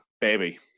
baby